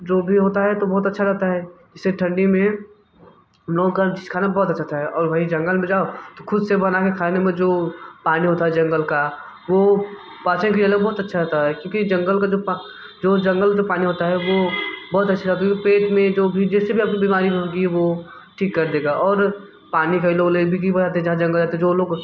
जो भी होता है तो बहुत अच्छा रहता है जैसे ठंडी में उन लोगों का खाना बहुत अच्छा रहता है और वहीं जंगल में जाओ तो ख़ुद से बना के खाने में जो पानी होता है जंगल का वो पाचन क्रिया के लिए बहुत अच्छा होता है कि क्योंकि जंगल का जो पा जो जंगल जो पानी होता है वो बहुत अच्छा रहता क्योंकि पेट में जो भी जैसे भी आपको बीमारी होगी वो ठीक कर देगा और पानी कई लोग ले के भी जाते हैं जहाँ जंगल रहता जो लोग